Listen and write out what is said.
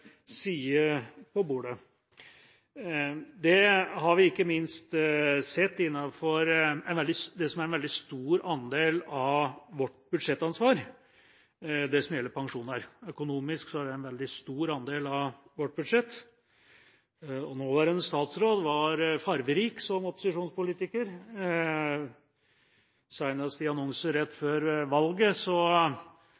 bordet. Det har vi ikke minst sett innenfor det som er en veldig stor andel av vårt budsjettansvar, nemlig det som gjelder pensjoner. Økonomisk er det en veldig stor andel av vårt budsjett, og nåværende statsråd var fargerik som opposisjonspolitiker. Senest i